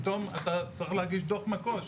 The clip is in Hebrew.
פתאום אתה צריך להגיש דוח מקו"ש.